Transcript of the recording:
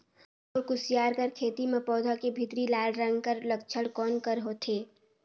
मोर कुसियार कर खेती म पौधा के भीतरी लाल रंग कर लक्षण कौन कर होथे?